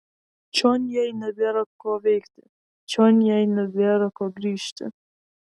čion jai nebėra ko veikti čion jai nebėra ko grįžti